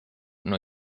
nur